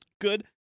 good